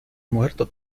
muerto